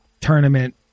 tournament